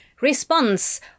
Response